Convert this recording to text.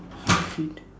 so sweet